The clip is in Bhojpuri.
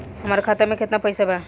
हमार खाता मे केतना पैसा बा?